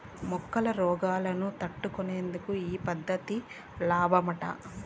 మొక్కల రోగాలను తట్టుకునేందుకు ఈ పద్ధతి లాబ్మట